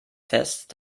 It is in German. fest